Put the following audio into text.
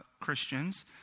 Christians